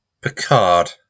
Picard